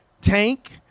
Tank